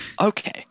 Okay